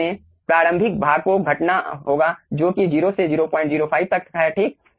अब हमें प्रारंभिक भाग को घटाना होगा जो कि 0 से 005 तक है ठीक